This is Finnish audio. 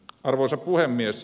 arvoisa puhemies